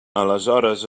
aleshores